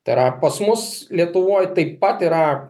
tai yra pas mus lietuvoj taip pat yra